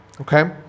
okay